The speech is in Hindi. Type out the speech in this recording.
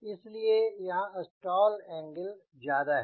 इसलिए यहाँ स्टॉल एंगल ज्यादा है